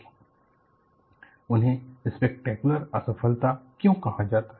list of spectacular failure उन्हें spectacular असफलता क्यों कहा जाता है